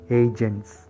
agents